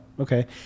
okay